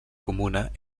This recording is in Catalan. comuna